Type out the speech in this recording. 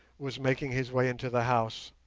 was making his way into the house.